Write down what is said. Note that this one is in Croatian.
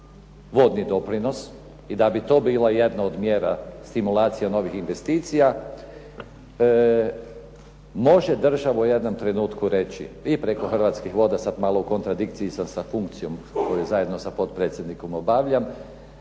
vodni doprinos i da bi to bila jedna od mjera stimulacija novih investicija. Može država u jednom trenutku reći vi preko Hrvatskih voda sad malo u kontradikciji sam sa funkcijom koju zajedno sa potpredsjednikom obavljam,